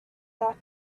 that